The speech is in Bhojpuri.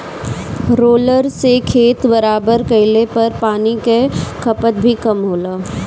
रोलर से खेत बराबर कइले पर पानी कअ खपत भी कम होला